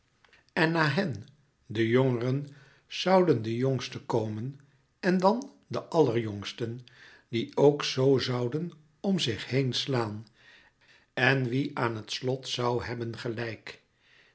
en na hen de jongeren zouden de jongsten komen en dan de àllerjongsten die ook zoo zouden om zich heenslaan en wie aan het slot zoû hebben gelijk